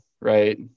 right